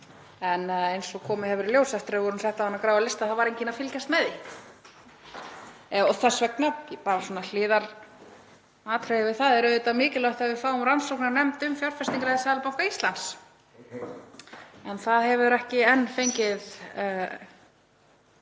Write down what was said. En eins og komið hefur í ljós eftir að við vorum sett á þennan gráa lista var enginn að fylgjast með því. Þess vegna, bara svona hliðaratriði við það, er auðvitað mikilvægt að við fáum rannsóknarnefnd um fjárfestingarleið Seðlabanka Íslands. En það hefur ekki enn fengið